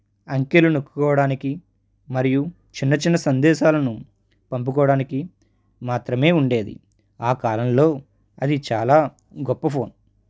అంకెలను నొక్కుకోవడానికి మరియు చిన్న చిన్న సందేశాలను పంపుకోవడానికి మాత్రమే ఉండేది ఆ కాలంలో అది చాలా గొప్ప ఫోను